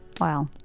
Wow